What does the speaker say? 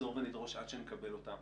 נחזור ונדרוש עד שנקבל אותן.